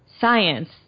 science